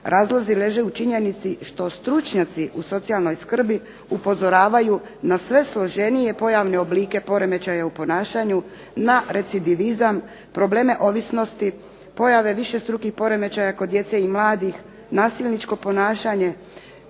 razlozi leže u činjenici što stručnjaci u socijalnoj skrbi upozoravaju na sve složenije pojavne oblike poremećaja u ponašanju, na recidivizam, probleme ovisnosti, pojave višestrukih poremećaja kod djece i mladih, nasilničko ponašanje,